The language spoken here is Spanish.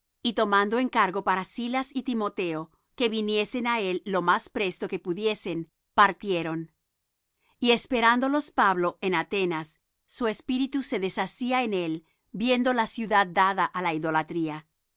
y tomando encargo para silas y timoteo que viniesen á él lo más presto que pudiesen partieron y esperándolos pablo en atenas su espíritu se deshacía en él viendo la ciudad dada á idolatría